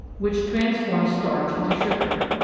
which transforms starch into sugar.